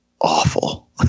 awful